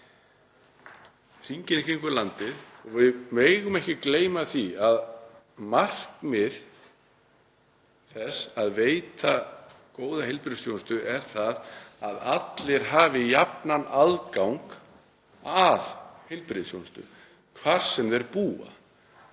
sviði hringinn í kringum landið. Við megum ekki gleyma því að markmið þess að veita góða heilbrigðisþjónustu er að allir hafi jafnan aðgang að heilbrigðisþjónustu hvar sem þeir búa.